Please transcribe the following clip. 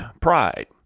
pride